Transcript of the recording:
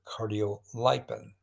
cardiolipin